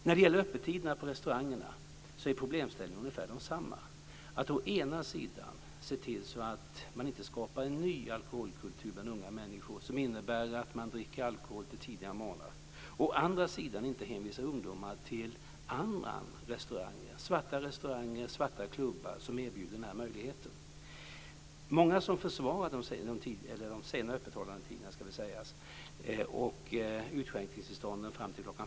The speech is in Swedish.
När det gäller öppettiderna på restaurangerna är problemställningen ungefär densamma. Det gäller att å ena sidan se till att man inte skapar en ny alkoholkultur bland unga människor som innebär att man dricker alkohol till tidiga morgnar och å andra sidan inte hänvisar ungdomar till andra restauranger, svarta restauranger och svarta klubbar, som erbjuder den här möjligheten. Många som försvarar senare öppettider och utskänkningstillstånd fram till kl.